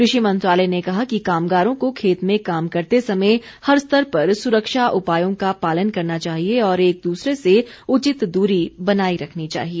कृषि मंत्रालय ने कहा कि कामगारों को खेत में काम करते समय हर स्तर पर सुरक्षा उपायों का पालन करना चाहिए और एक दूसरे से उचित दूरी बनाए रखनी चाहिए